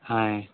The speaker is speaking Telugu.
ఆయి